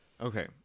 Okay